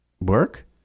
work